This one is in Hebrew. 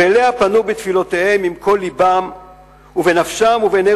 ואליה פנו בתפילותיהם עם כל לבם ובנפשם ובעיני